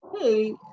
Hey